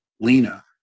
Lena